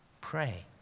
pray